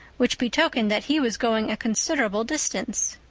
which betokened that he was going a considerable distance.